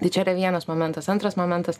tai čia yra vienas momentas antras momentas